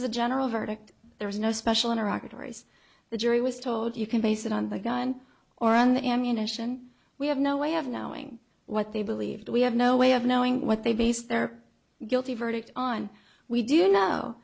is a general verdict there is no special iraq authorities the jury was told you can base it on the gun or on the ammunition we have no way of knowing what they believed we have no way of knowing what they base their guilty verdict on we do know